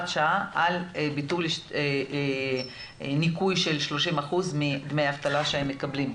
שעה לביטול הניכוי של 30% מדמי האבטלה שהם מקבלים.